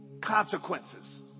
consequences